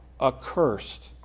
accursed